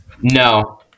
No